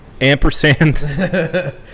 Ampersand